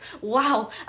wow